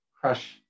crush